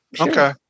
Okay